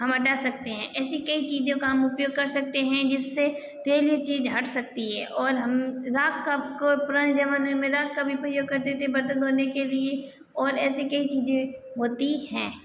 हम हटा सकते है ऐसी कई चीज़ों का हम उपयोग कर सकते हैं जिससे तेलिय चीज़ हट सकती है और हम राख का उपयोग पुराने ज़माने में रॉक का भी प्रयोग करते थे बर्तन धोने के लिए और ऐसे कई चीज़ें होती है